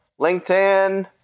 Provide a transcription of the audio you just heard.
LinkedIn